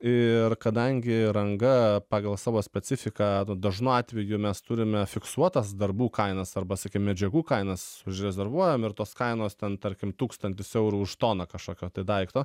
ir kadangi ranga pagal savo specifiką tuo dažnu atveju mes turime fiksuotas darbų kainas arba medžiagų kainas užrezervuojam ir tos kainos ten tarkim tūkstantis eurų už toną kažkokio tai daikto